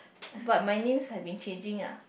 but my name's have been changing ah